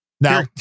Now